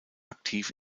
aktiv